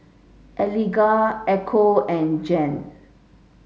Eligah Echo and Jan